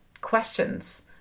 questions